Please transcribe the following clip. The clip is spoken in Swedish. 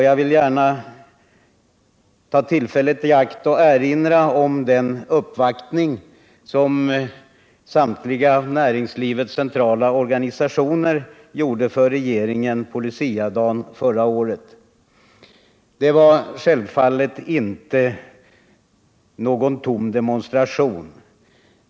Jag vill gärna ta tillfället i akt att erinra om den uppvaktning för regeringen som samtliga näringslivets centrala organisationer gjorde på Luciadagen förra året. Detta var självfallet inte någon tom demonstration.